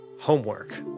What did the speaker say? homework